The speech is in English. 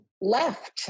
left